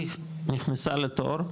היא נכנסה לתור,